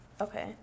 Okay